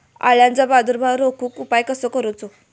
अळ्यांचो प्रादुर्भाव रोखुक उपाय कसो करूचो?